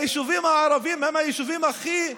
היישובים הערביים הם היישובים הכי עניים,